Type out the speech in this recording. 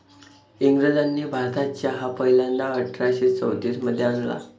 इंग्रजांनी भारतात चहा पहिल्यांदा अठरा शे चौतीस मध्ये आणला